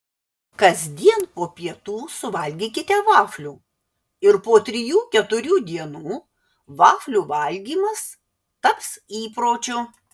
kasdien po pietų suvalgykite vaflių ir po trijų keturių dienų vaflių valgymas taps įpročiu